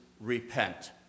repent